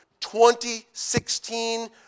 2016